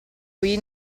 qui